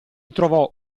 trovò